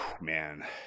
Man